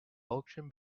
auction